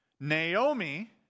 Naomi